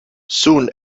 soon